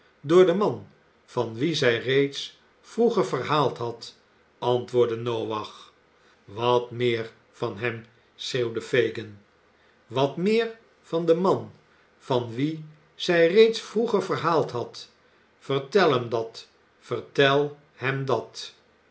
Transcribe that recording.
door den man van wien zij reeds vroeger verhaald had antwoordde noach wat meer van hem schreeuwde fagin wat meer van den man van wien zij reeds vroeger verhaald had vertel hem dat vertel hem dat